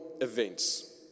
events